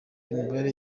imibare